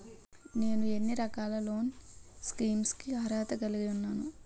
నేను ఎన్ని రకాల లోన్ స్కీమ్స్ కి అర్హత కలిగి ఉన్నాను?